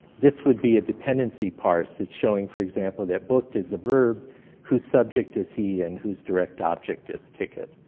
this would be a dependency parse. it's showing, for example, that booked is a verb whose subject is he and whose direct object is ticket.